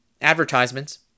advertisements